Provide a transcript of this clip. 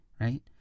right